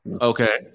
Okay